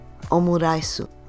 omuraisu